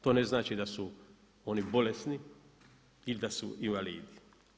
To ne znači da su oni bolesni ili da su invalidi.